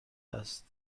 است